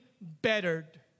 bettered